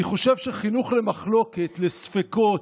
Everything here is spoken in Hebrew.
אני חושב שחינוך למחלוקת, לספקות,